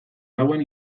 lauan